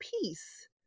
peace